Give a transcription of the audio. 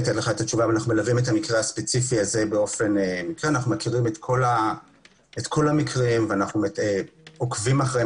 המקרה הספציפי הזה - אנחנו מכירים את כל המקרים ועוקבים אחריהם